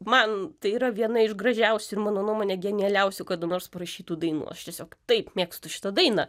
man tai yra viena iš gražiausių ir mano nuomone genialiausių kada nors parašytų dainų aš tiesiog taip mėgstu šitą dainą